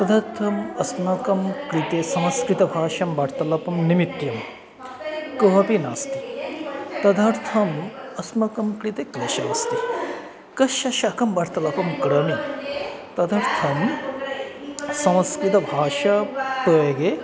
तदर्थम् अस्माकं कृते संस्कृतभाषायां वार्तलापं निमित्तं कोऽपि नास्ति तदर्थम् अस्माकं कृते क्लेशः अस्ति कस्य साकं वार्तलापं करोमि तदर्थं संस्कृतभाषा प्रयोगे